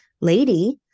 lady